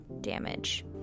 damage